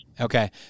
okay